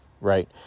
right